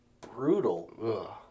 brutal